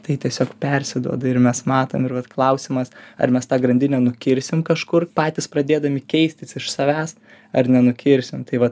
tai tiesiog persiduoda ir mes matom ir vat klausimas ar mes tą grandinę nukirsim kažkur patys pradėdami keistis iš savęs ar nenukirsim tai va